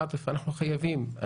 עאטף, אנחנו חייבים.